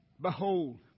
Behold